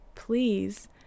please